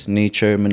nature